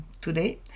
today